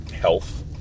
health